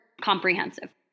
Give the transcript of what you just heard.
comprehensive